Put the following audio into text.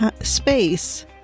space